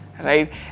right